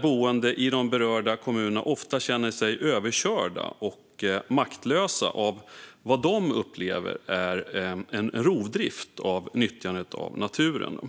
Boende i de berörda kommunerna känner sig ofta överkörda och maktlösa i förhållande till det de upplever som rovdrift när det gäller nyttjandet av naturen.